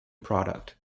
product